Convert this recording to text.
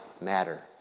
matter